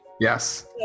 yes